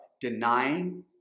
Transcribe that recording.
denying